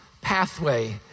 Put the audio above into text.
pathway